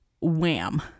wham